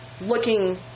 looking